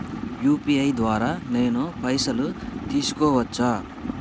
UPI ద్వారా నేను పైసలు తీసుకోవచ్చా?